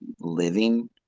living